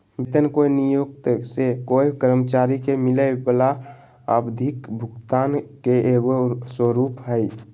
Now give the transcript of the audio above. वेतन कोय नियोक्त से कोय कर्मचारी के मिलय वला आवधिक भुगतान के एगो स्वरूप हइ